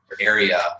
area